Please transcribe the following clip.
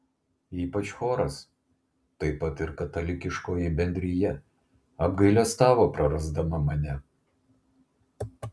ypač choras taip pat ir katalikiškoji bendrija apgailestavo prarasdama mane